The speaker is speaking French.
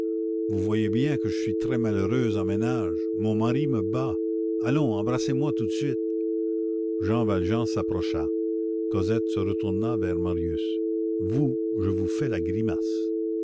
vous voyez bien que je suis très malheureuse en ménage mon mari me bat allons embrassez-moi tout de suite jean valjean s'approcha cosette se retourna vers marius vous je vous fais la grimace